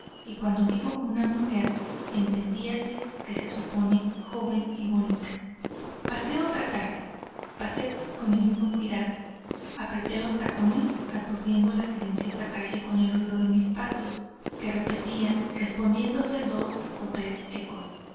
y cuando digo una mujer entiéndase que se supone joven y bonita pasé otra tarde pasé con el mismo cuidado apreté los tacones aturdiendo la silenciosa calle con el ruido de mis pasos que repetían respondiéndose dos o tres ecos